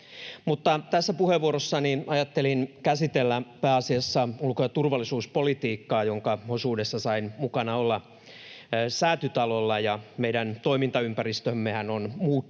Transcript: tässä puheenvuorossani ajattelin käsitellä pääasiassa ulko- ja turvallisuuspolitiikkaa, jonka osuudessa sain olla mukana Säätytalolla, ja meidän toimintaympäristömmehän on muuttunut